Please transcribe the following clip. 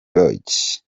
lodge